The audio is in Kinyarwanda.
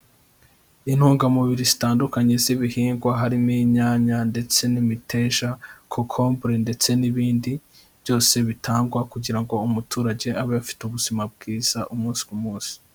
Intungamubiri zitandukanye z'ibihingwa harimo inyanya ndetse n'imiteja, kokombure ndetse n'ibindi byose bitangwa kugira ngo umuturage abe afite ubuzima bwiza umunsi ku munsi.